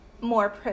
more